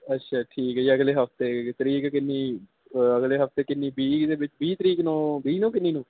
ਅੱਛਾ ਠੀਕ ਜੀ ਅਗਲੇ ਹਫਤੇ ਤਰੀਕ ਕਿੰਨੀ ਅਗਲੇ ਹਫਤੇ ਕਿੰਨੀ ਵੀਹ ਦੇ ਵਿੱਚ ਵੀਹ ਤਰੀਕ ਨੂੰ ਵੀਹ ਨੂੰ ਕਿੰਨੀ ਨੂੰ